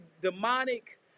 demonic